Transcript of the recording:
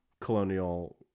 colonial